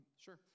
Sure